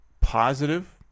positive